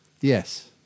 Yes